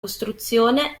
costruzione